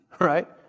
right